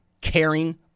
caring